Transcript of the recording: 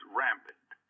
rampant